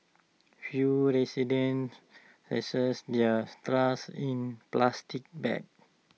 few residents their in plastic bags